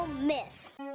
miss